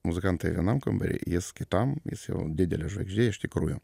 muzikantai vienam kambary jis kitam jis jau didelė žvaigždė iš tikrųjų